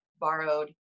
borrowed